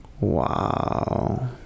wow